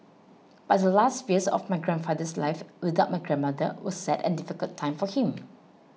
but the last few years of my grandfather's life without my grandmother were sad and difficult time for him